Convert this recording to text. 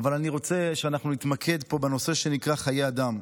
אבל אני רוצה שאנחנו נתמקד פה בנושא שנקרא חיי אדם.